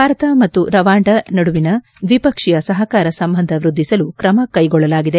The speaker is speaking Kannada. ಭಾರತ ಮತ್ತು ರವಾಂಡ ನಡುವಿನ ದ್ವಿಪಕ್ಷೀಯ ಸಹಾರ ಸಂಬಂಧ ವೃದ್ಧಿಸಲು ತ್ರಮ ಕೈಗೊಳ್ಳಲಾಗಿದೆ